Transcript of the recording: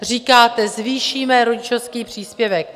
Říkáte: Zvýšíme rodičovský příspěvek.